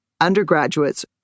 undergraduates